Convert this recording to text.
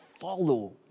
follow